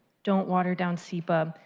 don't water down sepa,